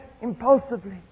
impulsively